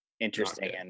interesting